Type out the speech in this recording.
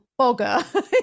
bogger